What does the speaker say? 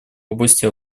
области